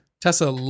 Tessa